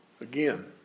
Again